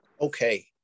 Okay